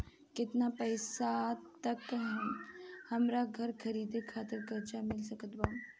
केतना पईसा तक हमरा घर खरीदे खातिर कर्जा मिल सकत बा?